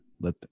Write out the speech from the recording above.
let